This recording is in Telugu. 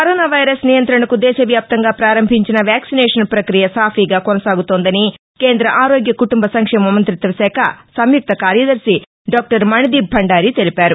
కరోనా వైరస్ నియంత్రణకు దేశవ్యాప్తంగా పారంభించిన వ్యాక్సినేషన్ ప్రక్రియ సాఫీగా కొససాగుతోందని కేంద్ర ఆరోగ్య కుటుంబ సంక్షేమ మంతిత్వ శాఖ సంయుక్త కార్యదర్భి డాక్టర్ మణిదీప్ భండారి తెలిపారు